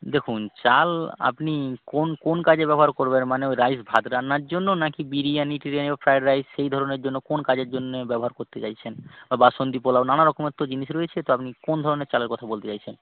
দেখুন চাল আপনি কোন কোন কাজে ব্যবহার করবেন মানে ওই রাইস ভাত রান্নার জন্য নাকি বিরিয়ানি টিরিয়ানি হোক ফ্রায়েড রাইস সেই ধরনের জন্য কোন কাজের জন্যে ব্যবহার করতে চাইছেন বা বাসন্তী পোলাও নানা রকমের তো জিনিস রয়েছে তো আপনি কোন ধরনের চালের কথা বলতে চাইছেন